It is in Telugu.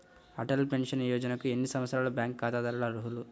అటల్ పెన్షన్ యోజనకు ఎన్ని సంవత్సరాల బ్యాంక్ ఖాతాదారులు అర్హులు?